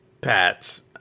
Pats